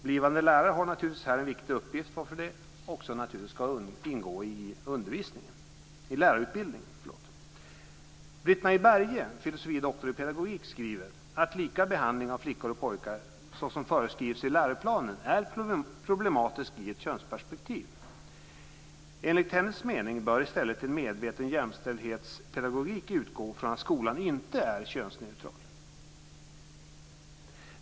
Blivande lärare har naturligtvis en viktig uppgift här, varför det också ska ingå i lärarutbildningen. Britt-Marie Berge, fil. dr i pedagogik, skriver att lika behandling av flickor och pojkar - såsom föreskrivs i läroplanen - är problematisk i ett könsperspektiv. Enligt hennes mening bör i stället en medveten jämställdhetspedagogik utgå från att skolan inte är könsneutral.